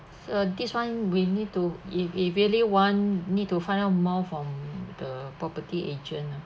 so this [one] we need to if if really want need to find out more from the property agent ah